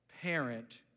parent